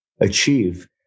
achieve